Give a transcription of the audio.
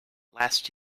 last